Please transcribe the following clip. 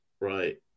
right